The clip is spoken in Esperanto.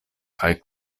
kaj